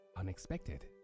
unexpected